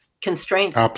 constraints